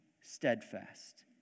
steadfast